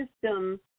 system